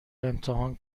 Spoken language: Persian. امتحان